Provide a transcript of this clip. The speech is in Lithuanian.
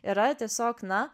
yra tiesiog na